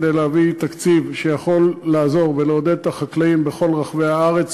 כדי להביא תקציב שיכול לעזור ולעודד את החקלאים בכל רחבי הארץ,